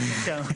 קיבלתם רישיון?